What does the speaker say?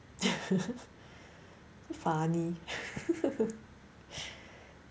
so funny